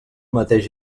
mateix